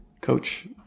coach